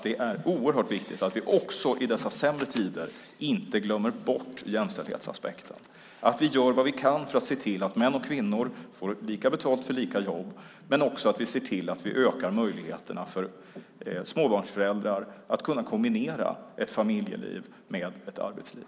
Det är oerhört viktigt att vi också i dessa sämre tider inte glömmer bort jämställdhetsaspekten, att vi gör vad vi kan för att se till att män och kvinnor får lika betalt för lika jobb och att vi ser till att öka möjligheterna för småbarnsföräldrar att kunna kombinera ett familjeliv med ett arbetsliv.